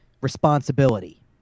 responsibility